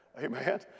Amen